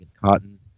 cotton